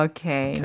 Okay